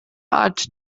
art